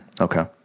Okay